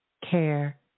care